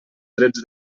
drets